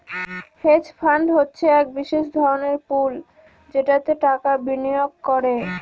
hedge fund হচ্ছে এক বিশেষ ধরনের পুল যেটাতে টাকা বিনিয়োগ করে